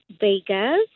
Vegas